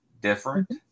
different